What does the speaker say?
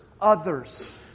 others